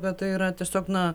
kad tai yra tiesiog na